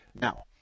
Now